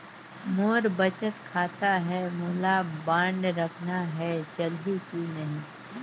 मोर बचत खाता है मोला बांड रखना है चलही की नहीं?